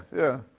yeah.